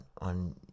on